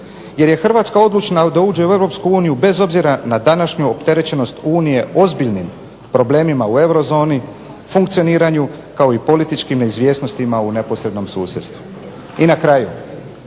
Jer je Hrvatska odlučna da uđe u Europsku uniju bez obzira na današnju opterećenost Unije ozbiljnim problemima u euro zoni, funkcioniranju kao i političkim neizvjesnostima u neposrednom susjedstvu. I na kraju.